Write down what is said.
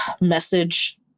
message